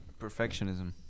Perfectionism